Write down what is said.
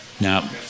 Now